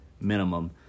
minimum